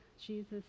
Jesus